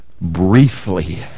briefly